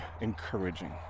encouraging